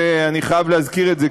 אני חייב להזכיר את זה,